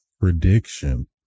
prediction